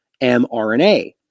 mRNA